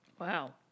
Wow